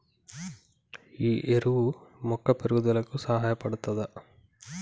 ఈ ఎరువు మొక్క పెరుగుదలకు సహాయపడుతదా?